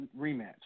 rematch